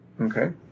Okay